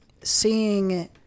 seeing